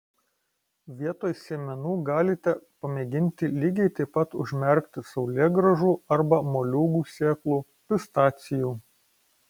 vietoj sėmenų galite pamėginti lygiai taip pat užmerkti saulėgrąžų arba moliūgų sėklų pistacijų